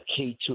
K2